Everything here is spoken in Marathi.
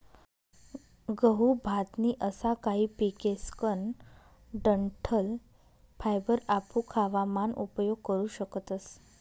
गहू, भात नी असा काही पिकेसकन डंठल फायबर आपू खावा मान उपयोग करू शकतस